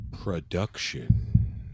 Production